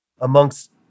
amongst